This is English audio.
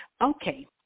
Okay